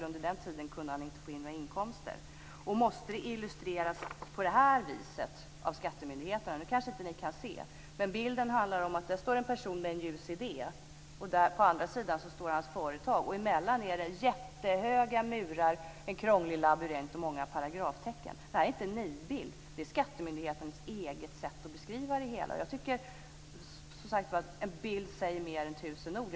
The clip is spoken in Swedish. Under den tiden kunde han inte få in några inkomster. Och måste det illustreras som i den broschyr från Skattemyndigheterna som jag här håller upp inför kammarens ledamöter? Bilden på broschyrens framsida handlar om en person som har en ljus idé. Mellan honom och hans företag finns jättehöga murar, en krånglig labyrint och många paragraftecken. Det här är inte en nidbild, det är Skattemyndighetens eget sätt att beskriva det hela på. Jag tycker att en bild säger mer än tusen ord.